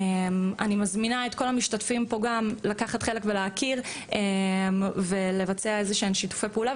אני מזמינה את כל המשתתפים פה גם לקחת חלק ולהכיר ולבצע שיתופי פעולה,